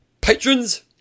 Patrons